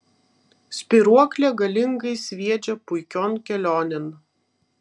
spyruoklė galingai sviedžia puikion kelionėn